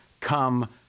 come